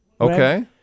Okay